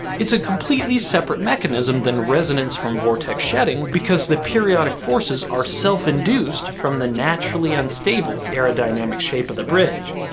it's a completely separate mechanism than resonance from vortex shedding, because the periodic forces are self induced from the naturally unstable aerodynamic shape of the bridge.